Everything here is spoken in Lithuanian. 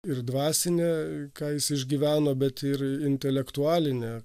ir dvasine ką jis išgyveno bet ir intelektualine